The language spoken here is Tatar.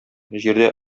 җирдә